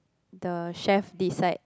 the chef decide